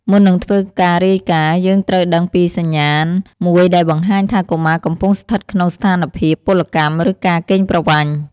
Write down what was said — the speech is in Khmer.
មុននឹងធ្វើការរាយការណ៍ យើងត្រូវដឹងពីសញ្ញាណាមួយដែលបង្ហាញថាកុមារកំពុងស្ថិតក្នុងស្ថានភាពពលកម្ម ឬការកេងប្រវ័ញ្ច។